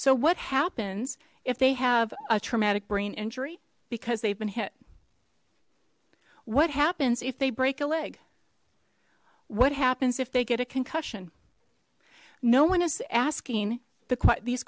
so what happens if they have a traumatic brain injury because they've been hit what happens if they break a leg what happens if they get a concussion no one is asking the